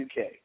UK